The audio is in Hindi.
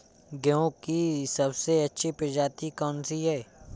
गेहूँ की सबसे अच्छी प्रजाति कौन सी है?